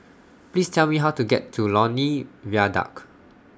Please Tell Me How to get to Lornie Viaduct